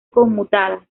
conmutada